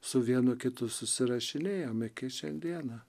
su vienu kitu susirašinėjam iki šiandieną